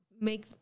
Make